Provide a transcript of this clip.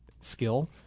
skill